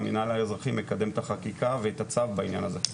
והמינהל האזרחי מקדם את החקיקה ואת הצו בעניין הזה.